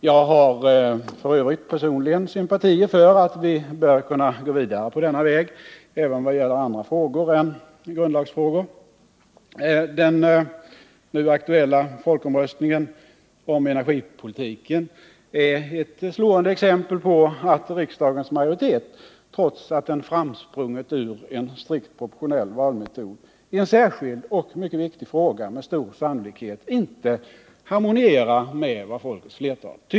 Jag har f. ö. personligen sympatier för uppfattningen att vi bör kunna gå vidare på denna väg även vad gäller andra frågor än grundlagsfrågor. Den nu aktuella folkomröstningen om energipolitiken är ett slående exempel på att riksdagens majoritet, trots att den framsprungit ur en strikt proportionell valmetod, i en särskild och mycket viktig fråga med stor sannolikhet inte harmonierar med vad folkets flertal tycker.